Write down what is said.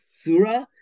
surah